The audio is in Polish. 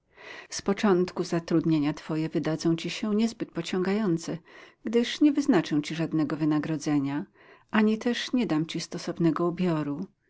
z początku zatrudnienia twoje wydadzą ci się niezbyt pociągające gdyż nie wyznaczę ci żadnego wynagrodzenia ani też nie dam ci stosownego ubioru